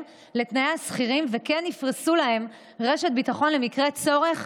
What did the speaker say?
לתנאי השכירים וכן יפרסו להם רשת ביטחון למקרי הצורך,